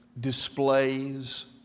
displays